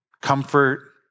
Comfort